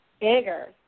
bigger